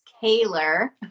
Kaler